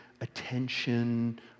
attention